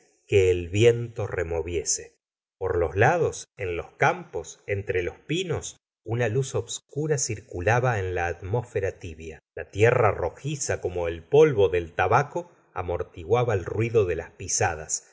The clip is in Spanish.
que el viento removiese por los lados en los campos entre los pinos una luz obscura circulaba en la atmósfera tibia la tierra rojiza como el polvo del tabaco amortiguaba el ruido de las pisadas